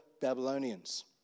Babylonians